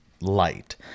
light